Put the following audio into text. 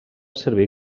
servir